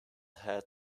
had